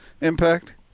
impact